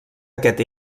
aquest